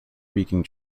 speaking